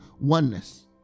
oneness